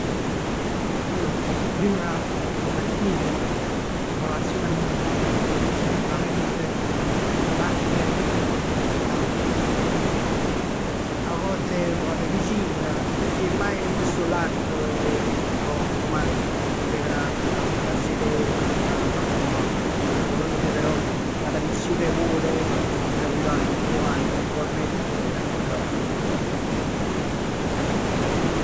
Allor dicimm ca al mattino 'a colaziona mia è prettamente latte e cornetto cu 'a Nutell p' forz. A volte nu cafè vicin, semmai nun c' sta 'o latte m' magn, m' bev 'na tazza 'e the ca m' prepar. Secondo me però, la tradizione vuole, ma tutt 'e napulitan vann truvann nu cornetto e 'na zupp 'e latt.